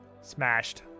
smashed